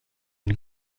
une